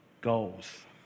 goals